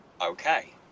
Okay